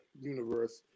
universe